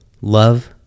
love